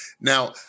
Now